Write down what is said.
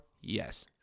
Yes